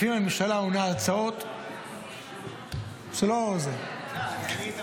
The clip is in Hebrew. לפעמים הממשלה עונה על הצעות שלא --- אני יודע,